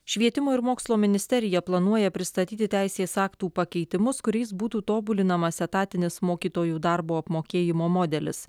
švietimo ir mokslo ministerija planuoja pristatyti teisės aktų pakeitimus kuriais būtų tobulinamas etatinis mokytojų darbo apmokėjimo modelis